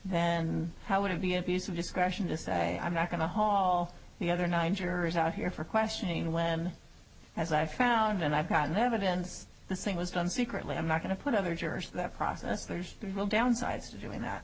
then how would it be abuse of discretion to say i'm not going to haul the other nine jurors out here for questioning when as i found and i've gotten evidence the same was done secretly i'm not going to put other jurors that process there's no real downsides to doing that